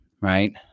right